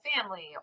family